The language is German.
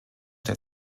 der